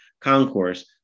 concourse